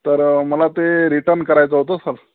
तर मला ते रिटन करायचं होतं सर